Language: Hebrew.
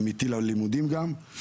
עמיתי ללימודים גם.